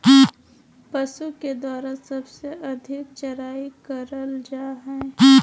पशु के द्वारा सबसे अधिक चराई करल जा हई